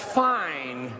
fine